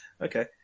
Okay